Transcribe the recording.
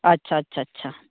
ᱟᱪᱪᱷᱟ ᱪᱷᱟ ᱪᱷᱟ ᱪᱷᱟ